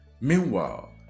Meanwhile